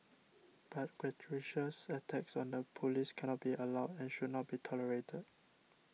but gratuitous attacks on the police cannot be allowed and should not be tolerated